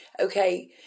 Okay